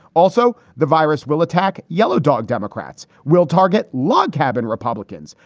also, the virus will attack yellow dog. democrats will target log cabin republicans.